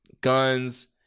Guns